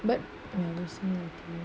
but